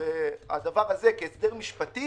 הדבר הזה כהסדר משפטי